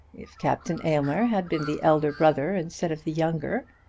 if captain aylmer had been the elder brother instead of the younger,